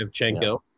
Evchenko